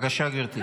בבקשה, גברתי.